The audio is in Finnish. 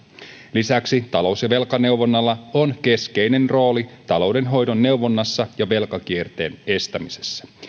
lisäksi talous ja velkaneuvonnalla on keskeinen rooli taloudenhoidon neuvonnassa ja velkakierteen estämisessä